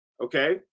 okay